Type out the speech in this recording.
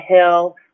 hill